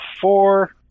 four